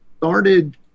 started